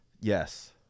Yes